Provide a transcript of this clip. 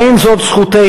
אין זו זכותנו,